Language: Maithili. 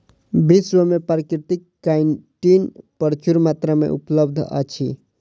विश्व में प्राकृतिक काइटिन प्रचुर मात्रा में उपलब्ध अछि